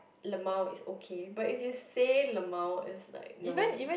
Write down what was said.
lmao is okay but if you say lmao is like no